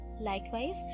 Likewise